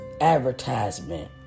advertisement